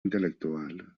intel·lectual